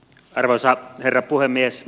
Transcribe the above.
arvoisa herra puhemies